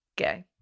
Okay